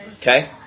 Okay